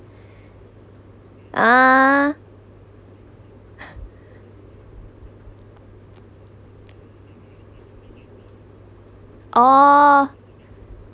uh oh